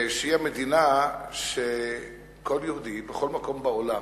שהיא המדינה שכל יהודי בכל מקום בעולם,